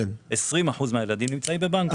כ-20% מהילדים נמצאים בבנקים.